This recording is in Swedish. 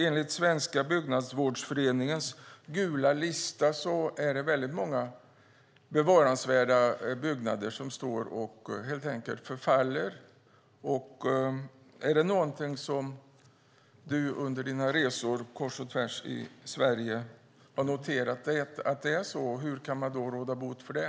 Enligt Svenska byggnadsvårdsföreningens gula lista finns det väldigt många byggnader som är värda att bevara som står och förfaller. Har Per Lodenius noterat att det är så under sina resor kors och tvärs i Sverige? Hur kan man råda bot på det?